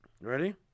Ready